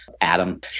Adam